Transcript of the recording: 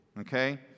okay